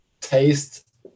taste